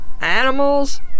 animals